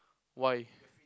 why